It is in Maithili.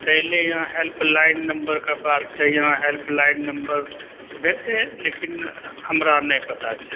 अयलइ यहाँ हेल्पलाइन नम्बरके बात तऽ यहाँ हेल्पलाइन नम्बर हेतय लेकिन हमरा नहि पता छै